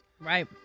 Right